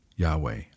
Yahweh